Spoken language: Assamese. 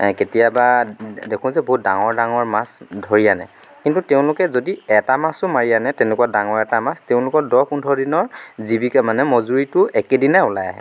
কেতিয়াবা দে দেখোঁ যে বহুত ডাঙৰ ডাঙৰ মাছ ধৰি আনে কিন্তু তেওঁলোকে যদি এটা মাছো মাৰি আনে তেনেকুৱা ডাঙৰ এটা মাছ তেওঁলোকৰ দহ পোন্ধৰ দিনৰ জীৱিকা মানে মজুৰীটো একেদিনাই ওলাই আহে